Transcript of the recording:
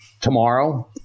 tomorrow